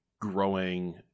growing